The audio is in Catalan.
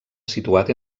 situat